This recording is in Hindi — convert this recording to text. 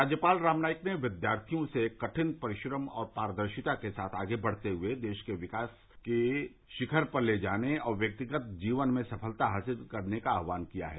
राज्यपाल राम नाईक ने विद्यार्थियों से कठिन परिश्रम और पारदर्शिता के साथ आगे बढ़ते हुए देश को विकास के शिखर पर ले जाने और व्यक्तिगत जीवन में सफलता हासिल करने का आहवान किया है